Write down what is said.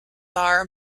are